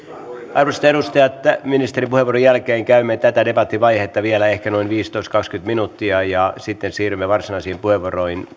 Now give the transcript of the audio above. arvoisat edustajat ministerin puheenvuoron jälkeen käymme tätä debattivaihetta vielä ehkä noin viisitoista viiva kaksikymmentä minuuttia ja sitten siirrymme varsinaisiin puheenvuoroihin